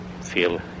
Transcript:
feel